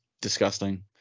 disgusting